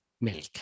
milk